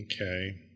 Okay